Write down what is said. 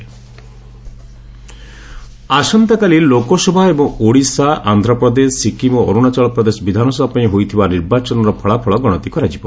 counting ଆସନ୍ତାକାଲି ଲୋକସଭା ଏବଂ ଓଡ଼ିଶା ଆନ୍ଧ୍ରପ୍ରଦେଶ ସିକିମ୍ ଓ ଅରୁଣାଚଳ ପ୍ରଦେଶ ବିଧାନସଭା ପାଇଁ ହୋଇଥିବା ନିର୍ବାଚନର ଫଳାଫଳ ଗଣତି କରାଯିବ